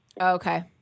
Okay